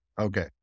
okay